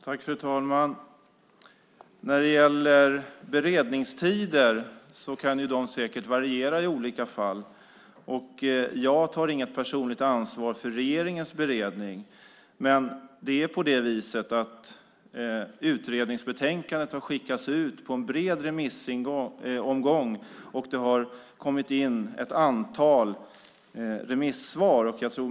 Fru talman! När det gäller beredningstider kan de säkert variera i de olika fallen. Jag tar inget personligt ansvar för regeringens beredning. Utredningsbetänkandet har skickats ut på en bred remissomgång, och det har kommit in ett antal svar.